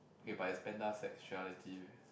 K but it's panda sexuality